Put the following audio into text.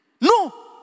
No